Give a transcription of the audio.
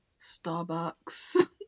Starbucks